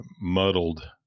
muddled